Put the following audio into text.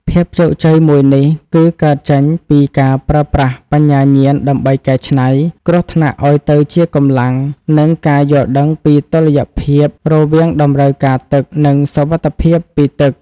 ភាពជោគជ័យមួយនេះ គឺកើតចេញពីការប្រើប្រាស់បញ្ញាញាណដើម្បីកែច្នៃ គ្រោះថ្នាក់ឱ្យទៅជាកម្លាំង និងការយល់ដឹងពីតុល្យភាពរវាងតម្រូវការទឹក និងសុវត្ថិភាពពីទឹក។